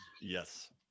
yes